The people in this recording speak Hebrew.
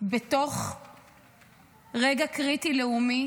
בתוך רגע קריטי לאומי,